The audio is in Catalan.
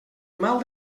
mal